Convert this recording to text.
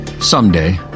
someday